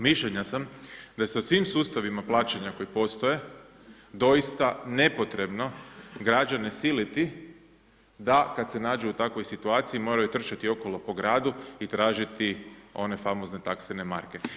Mišljenja sam da sa svim sustavima plaćanja koji postoje, dosita nepotrebno građane siliti da kada se nađe u takvoj situaciju moraju trčati okolo po gradu i tražiti one famozne taksene marke.